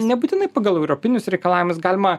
nebūtinai pagal europinius reikalavimus galima